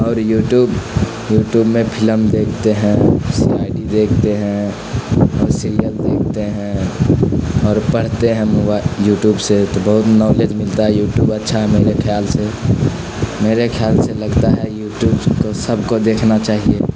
اور YouTube YouTube میں film دیکھتے ہیں سی آئی ڈی دیکھتے ہیں اور سیریل دیکھتے ہیں اور پڑھتے ہیں یوٹیوب سے تو بہت نالج ملتا ہے یوٹیوب اچھا ہے میرے خیال سے میرے خیال سے لگتا ہے یوٹیوب کو سب کو دیکھنا چاہیے